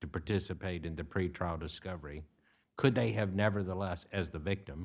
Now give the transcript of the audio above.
to participate in the pretrial discovery could they have nevertheless as the victim